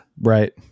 Right